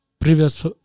previous